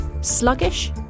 sluggish